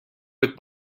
with